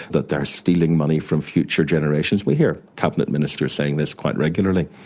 that they are stealing money from future generations. we hear cabinet ministers saying this quite regularly.